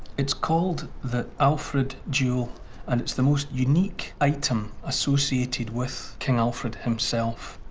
it's called the alfred jewel and it's the most unique item associated with king alfred himself.